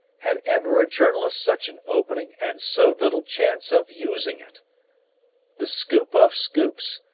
had ever a journalist such an opening and so little chance of using it the scoop of scoops,